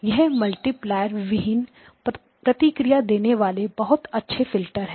यह मल्टीप्लायर विहीन प्रतिक्रिया देने वाले बहुत अच्छे फिल्टर है